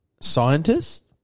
scientist